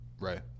Right